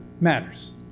matters